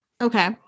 okay